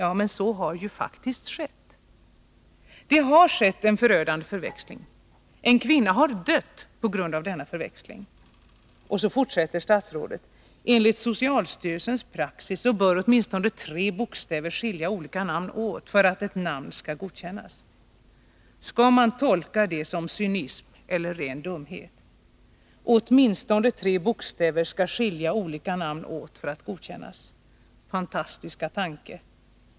Så har ju faktiskt skett. Det har skett en förödande förväxling. En kvinna har dött på grund av denna förväxling. Statsrådet fortsätter: ”Enligt socialstyrelsens praxis bör åtminstone tre bokstäver skilja olika namn åt för att ett namn skall godkännas.” Skall man tolka detta som cynism eller ren dumhet? Åtminstone tre bokstäver skall skilja olika namn åt för att de skall bli godkända — fantastiska tanke!